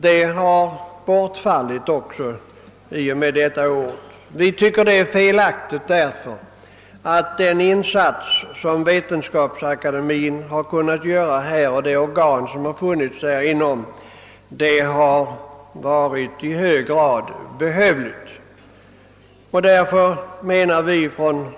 Detta anslag skulle enligt propositionen bortfalla. Vi anser detta vara felaktigt, eftersom de insatser som Vetenskapsakademien kunnat göra genom sin naturskyddskommitté varit i hög grad behövliga.